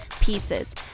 pieces